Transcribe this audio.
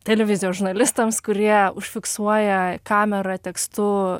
televizijos žurnalistams kurie užfiksuoja kamera tekstu